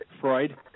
Freud